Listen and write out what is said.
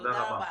תודה רבה.